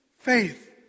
Faith